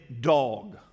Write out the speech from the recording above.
dog